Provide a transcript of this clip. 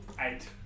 Eight